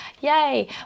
Yay